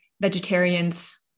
vegetarians